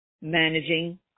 managing